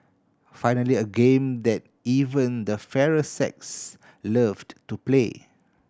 finally a game that even the fairer sex loved to play